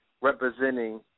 representing